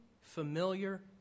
familiar